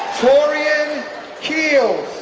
taurean keels